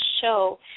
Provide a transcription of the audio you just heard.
show